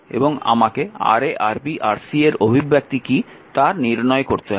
এবংlrm আমাকে Ra Rb Rc এর অভিব্যক্তি কী তা নির্ণয় করতে হবে